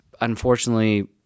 unfortunately